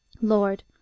Lord